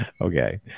Okay